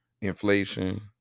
Inflation